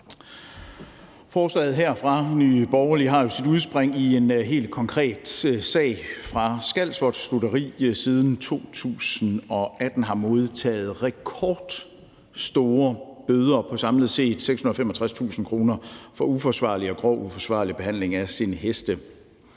Forslaget her fra Nye Borgerlige har jo sit udspring i en helt konkret sag fra Skals, hvor et stutteri siden 2018 har modtaget rekordstore bøder på samlet set 665.000 kr. for uforsvarlig og grov uforsvarlig behandling af sine heste.